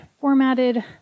formatted